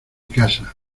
casa